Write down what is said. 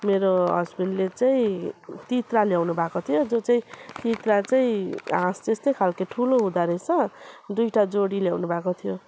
मेरो हस्बेन्डले चाहिँ तितरा ल्याउनुभएको थियो जो चाहिँ तितरा चाहिँ हाँस जस्तै खालके ठुलो हुँदोरहेछ दुईवटा जोडी ल्याउनुभएको थियो